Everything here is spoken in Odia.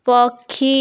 ପକ୍ଷୀ